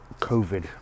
COVID